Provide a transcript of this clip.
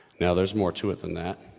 now, there's more to it than that,